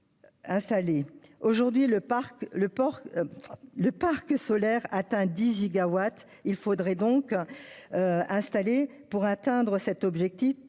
Aujourd'hui, elle atteint quelque 10 gigawatts. Il faudrait donc installer, pour atteindre cet objectif,